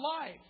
life